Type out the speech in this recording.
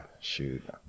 Shoot